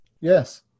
Yes